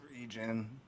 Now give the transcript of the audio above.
region